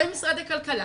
שמשרד הכלכלה,